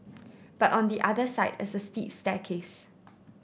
but on the other side is a steep staircase